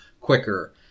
quicker